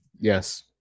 yes